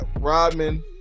Rodman